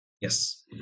Yes